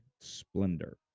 splendor